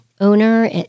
owner